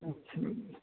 اچھا